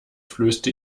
flößte